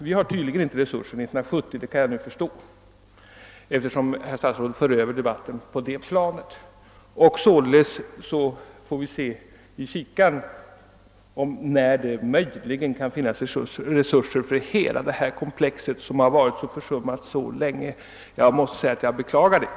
Vi har tydligen inte resurser 1970 — det kan jag nu förstå, eftersom herr statsrådet för över debatten på det planet — och således får vi titta i kikaren efter resurserna. Vi kan inte få något besked om när det möjligen finns resurser för hela detta komplex som varit försummat så länge. Jag beklagar detta.